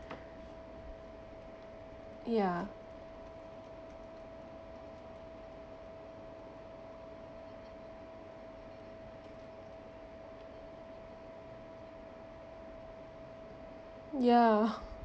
ya ya